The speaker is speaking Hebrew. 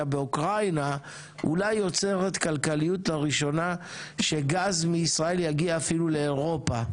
באוקראינה אולי יוצרת כלכליות לראשונה שגז מישראל יגיע אפילו לאירופה.